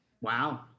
Wow